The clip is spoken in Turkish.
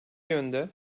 yönde